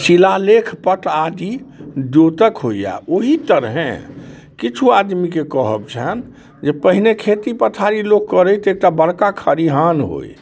शिलालेखपट आदि द्योतक होय यऽ ओही तरहें किछु आदमीके कहब छनि जे पहिले खेती पथारी लोक करै तऽ एकटा बड़का खरिहान होइ